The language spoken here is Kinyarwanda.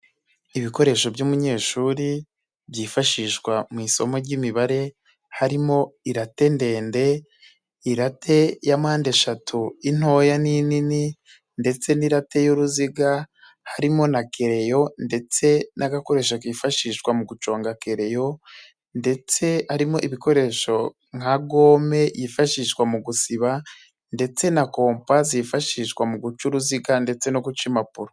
Ibikoresho by'umunyeshuri byifashishwa mu isomo ry'imibare, harimo irarate ndende, irate ya mpande eshatu, intoya n'inini ndetse n'irate y'uruziga harimo na kereyo ndetse n'agakoresho kifashishwa mu guconga kereyo, ndetse arimo ibikoresho nka gome yifashishwa mu gusiba ndetse na kompa zifashishwa mu guca uruziga ndetse no guca impapuro.